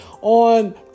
on